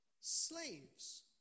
slaves